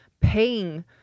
paying